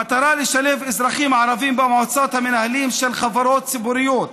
המטרה לשלב אזרחים ערבים במועצות המנהלים של חברות ציבוריות